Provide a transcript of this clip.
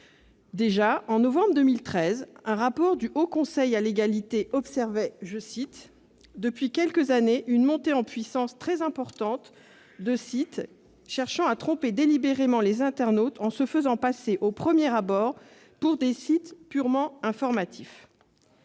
Déjà, en novembre 2013, un rapport du Haut Conseil à l'égalité observait « depuis quelques années une montée en puissance très importante de sites cherchant à tromper délibérément les internautes en se faisant passer, au premier abord, pour des sites purement informatifs ».